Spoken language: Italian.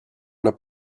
alla